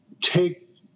take